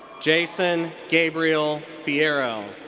jason gabriel fierro.